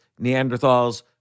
Neanderthals